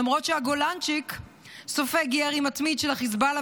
למרות שהגולנצ'יק סופג ירי מתמיד של החיזבאללה,